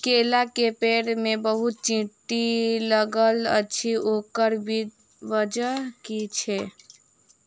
केला केँ पेड़ मे बहुत चींटी लागल अछि, ओकर बजय की छै?